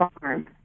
farm